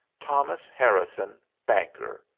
thomas harrison, banker,